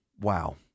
wow